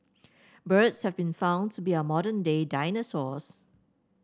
birds have been found to be our modern day dinosaurs